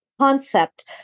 concept